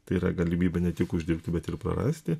tai yra galimybė ne tik uždirbti bet ir prarasti